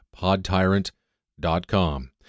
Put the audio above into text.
PodTyrant.com